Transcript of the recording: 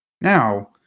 Now